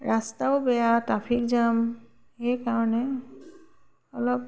ৰাস্তাও বেয়া traffic jam সেইকাৰণে অলপ